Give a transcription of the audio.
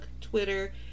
Twitter